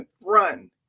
Run